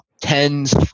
tens